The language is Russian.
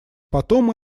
потом